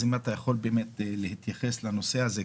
אם אתה יכול באמת להתייחס לנושא הזה,